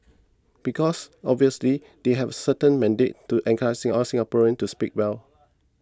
because obviously they have certain mandate to encourage all Singaporeans to speak well